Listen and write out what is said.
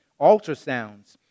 ultrasounds